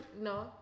No